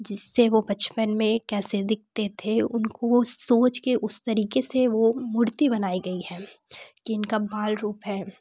जिससे वह बचपन में कैसे दिखते थे उनको वह सोच के उस तरीके से वह मूर्ति बनाई गई है कि इनका बाल रूप है